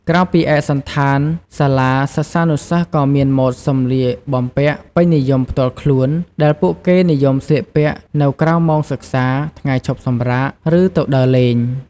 ក្រៅពីឯកសណ្ឋានសាលា សិស្សានុសិស្សក៏មានម៉ូដសម្លៀកបំពាក់ពេញនិយមផ្ទាល់ខ្លួន ដែលពួកគេនិយមស្លៀកពាក់នៅក្រៅម៉ោងសិក្សា ថ្ងៃឈប់សម្រាក ឬទៅដើរលេង។